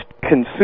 consume